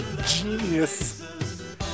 Genius